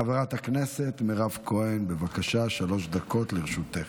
חברת הכנסת מירב כהן, בבקשה, שלוש דקות לרשותך.